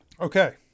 Okay